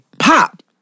pop